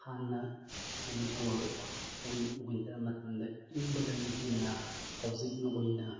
ꯍꯥꯟꯅ ꯃꯅꯤꯄꯨꯔ ꯋꯤꯟꯇꯔ ꯃꯇꯝꯗ ꯏꯪꯕꯗꯒꯤ ꯍꯦꯟꯅ ꯍꯧꯖꯤꯛꯅ ꯑꯣꯏꯅ